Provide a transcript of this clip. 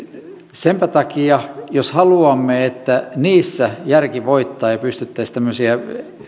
senpä takia jos haluamme että niissä järki voittaa ja pystyttäisiin tämmöisiä